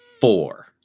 four